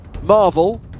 Marvel